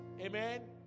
Amen